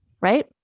right